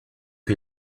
que